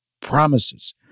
promises